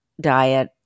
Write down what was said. diet